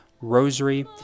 Rosary